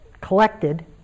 collected